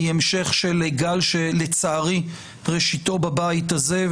היא המשך גל שלצערי ראשיתו בבית הזה,